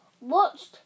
watched